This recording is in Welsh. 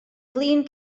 flin